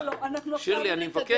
לא, לא --- שירלי, אני מבקש.